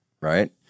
right